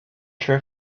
sure